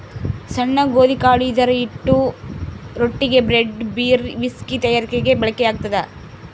ಸಣ್ಣ ಗೋಧಿಕಾಳು ಇದರಹಿಟ್ಟು ರೊಟ್ಟಿಗೆ, ಬ್ರೆಡ್, ಬೀರ್, ವಿಸ್ಕಿ ತಯಾರಿಕೆಗೆ ಬಳಕೆಯಾಗ್ತದ